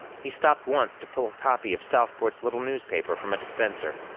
he stopped once to pull a copy of southport's little newspaper from a dispenser.